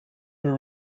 were